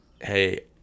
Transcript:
hey